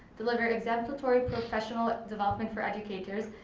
deliver exemplatory professional development for educators,